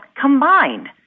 combined